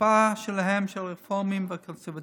החוצפה שלהם, של הרפורמים והקונסרבטיבים,